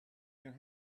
your